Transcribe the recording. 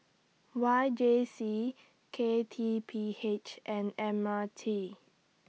Y J C K T P H and M R T